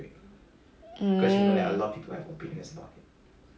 mm